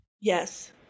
Yes